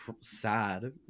sad